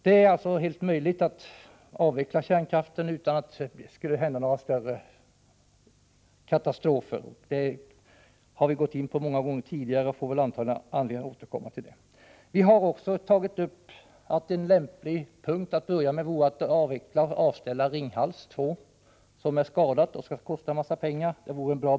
Det är alltså helt möjligt att avveckla kärnkraften utan att det blir några större katastrofer. Detta har berörts flera gånger tidigare, och vi får anledning att återkomma till saken. Vi har för vår del också framhållit att det vore lämpligt att börja med att avveckla Ringhals 2, som är skadat och kan komma att kosta mycket pengar.